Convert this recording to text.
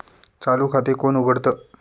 चालू खाते कोण उघडतं?